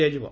ଦିଆଯିବ